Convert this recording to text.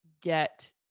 get